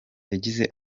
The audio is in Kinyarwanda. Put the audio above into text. yagize